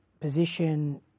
position